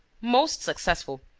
most successful!